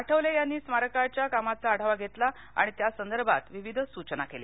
आठवले यांनी स्मारकाच्या कामाचा आढावा घेतला आणि त्या संदर्भात विविध सूचना केल्या